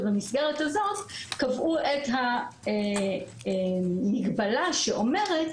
ובמסגרת הזאת קבעו את המגבלה שאומרת: